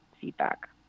feedback